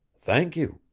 thank you.